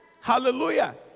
Hallelujah